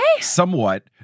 Somewhat